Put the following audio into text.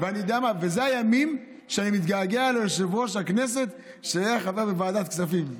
וזה הימים שבהם אני מתגעגע ליושב-ראש הכנסת כשהיה חבר בוועדת כספים.